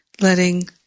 letting